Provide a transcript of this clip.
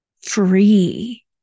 free